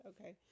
okay